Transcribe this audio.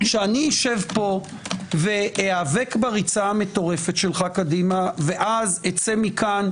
שאני אשב פה ואאבק בריצה המטורפת שלך קדימה ואז אצא מכאן,